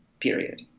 Period